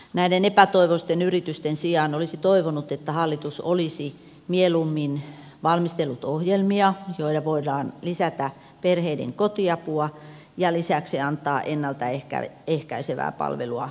näiden epätoivoisten yritysten sijaan olisi toivonut että hallitus olisi mieluummin valmistellut ohjelmia joilla voidaan lisätä perheiden kotiapua ja lisäksi antaa ennalta ehkäisevää palvelua koteihin